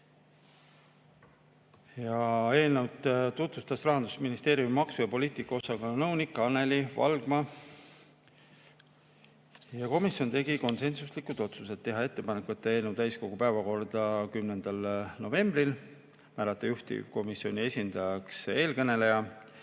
Eelnõu tutvustas Rahandusministeeriumi maksupoliitika osakonna nõunik Anneli Valgma. Komisjon tegi konsensuslikud otsused: teha ettepanek võtta eelnõu täiskogu päevakorda 10. novembril, määrata juhtivkomisjoni esindajaks eelkõneleja,